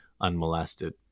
unmolested